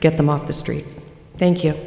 get them off the streets thank you